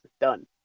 done